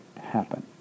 happen